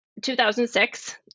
2006